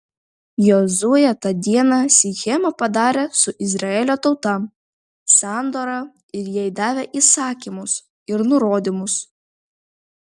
jozuė tą dieną sicheme padarė su izraelio tauta sandorą ir jai davė įsakymus ir nurodymus